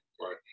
right